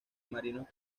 marinos